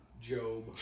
Job